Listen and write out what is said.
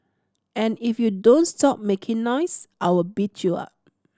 if you don't stop making noise I will beat you up